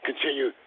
continue